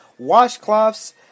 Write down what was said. washcloths